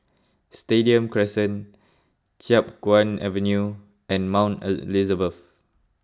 Stadium Crescent Chiap Guan Avenue and Mount Elizabeth